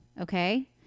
Okay